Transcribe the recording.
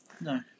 No